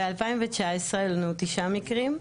ב-2019 היו לנו תשעה מקרים,